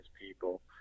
people